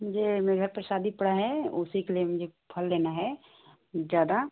जी मेरे घर पर शादी पड़ा है उसी के लिए मुझे फल लेना है ज़्यादा